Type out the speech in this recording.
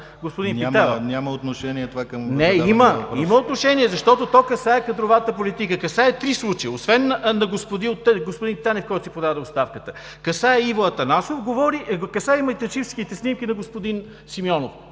Няма отношение това към въпроса! АНТОН КУТЕВ: Не, има отношение! То касае кадровата политика. Касае три случая – освен на господин Танев, който си подаде оставката, касае Иво Атанасов, касае и майтапчийските снимки на господин Симеонов.